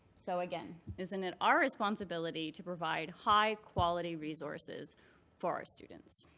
so again, isn't it our responsibility to provide high quality resources for our students?